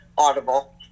audible